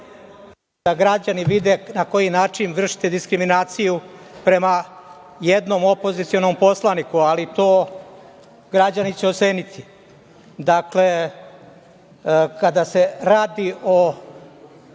da građani vide na koji način vršite diskriminaciju prema jednom opozicionom poslaniku, ali će to građani oceniti. Dakle, kada se radi o